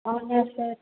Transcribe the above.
అవునా సార్